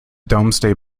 domesday